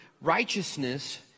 righteousness